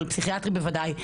ופסיכיאטרי בוודאי,